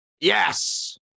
Yes